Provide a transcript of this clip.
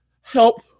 help